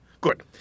Good